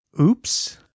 Oops